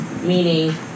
meaning